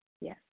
yes